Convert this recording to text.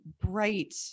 bright